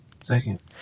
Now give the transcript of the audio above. Second